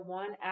one